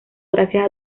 gracias